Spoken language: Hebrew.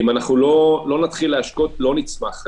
אם אנחנו לא נתחיל להשקות, לא נצמח.